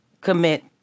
commit